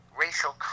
racial